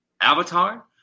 Avatar